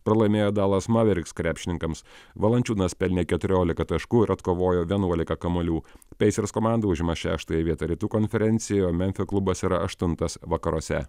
pralaimėjo dalaso maveriks krepšininkams valančiūnas pelnė keturiolika taškų ir atkovojo vienuolika kamuolių peisers komanda užima šeštąją vietą rytų konferencijoje memfio klubas yra aštuntas vakaruose